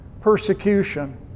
persecution